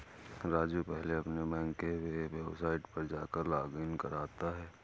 राजू पहले अपने बैंक के वेबसाइट पर जाकर लॉगइन करता है